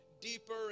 deeper